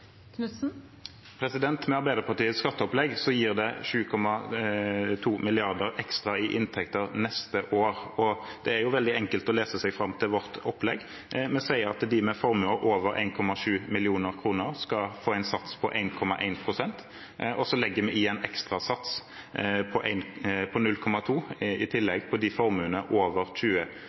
Med Arbeiderpartiets skatteopplegg gir det 7,2 mrd. kr ekstra i inntekter neste år. Det er veldig enkelt å lese seg fram til vårt opplegg. Vi sier at de med formuer over 1,7 mill. kr skal få en sats på 1,1 pst., og så legger vi inn en ekstra sats på 0,2 pst. i tillegg på formuene over 20 mill. kr. Det vil gi en mer rettferdig formuesskatt, en mer progressiv formuesskatt, enn i dag. Så setter vi aksjerabatten til 20